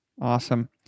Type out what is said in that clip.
awesome